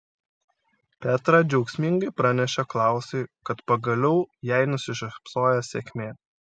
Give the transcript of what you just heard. petra džiaugsmingai pranešė klausui kad pagaliau jai nusišypsojo sėkmė